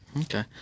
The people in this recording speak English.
Okay